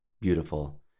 beautiful